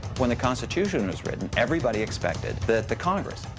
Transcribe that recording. when the constitution was written, everybody expected that the congress,